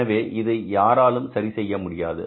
எனவே இதை யாராலும் சரி செய்ய முடியாது